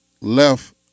left